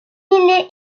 est